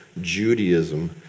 Judaism